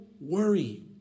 worry